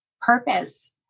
purpose